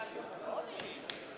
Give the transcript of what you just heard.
הדרת נשים),